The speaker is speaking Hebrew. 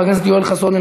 חבר הכנסת אכרם חסון,